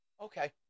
okay